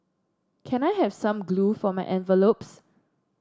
can I have some glue for my envelopes